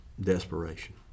desperation